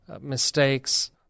mistakes